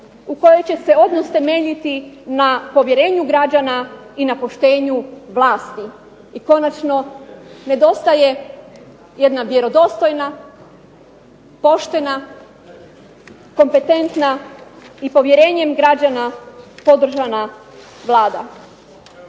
u kojoj će se odnos temeljiti na povjerenju građana i na poštenju vlasti. I konačno nedostaje jedna vjerodostojna, poštena, kompetentna i povjerenjem građana podržana Vlada.